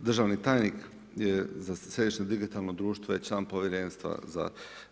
Državni tajnik za Središnje digitalno društvo je član Povjerenstva